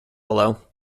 below